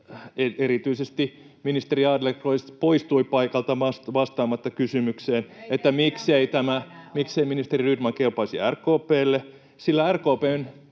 Erityisesti ministeri Adlercreutz poistui paikalta vastaamatta kysymykseen, [Jenna Simulan välihuuto] miksei ministeri Rydman kelpaisi RKP:lle, sillä RKP:n